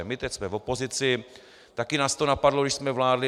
My teď jsme v opozici, taky nás to napadlo, když jsme vládli.